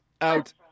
out